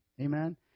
Amen